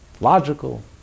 logical